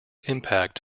impact